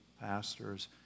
pastors